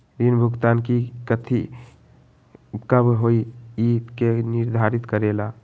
ऋण भुगतान की तिथि कव के होई इ के निर्धारित करेला?